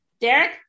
Derek